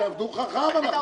אבל תעבדו חכם, אנחנו